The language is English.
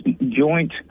joint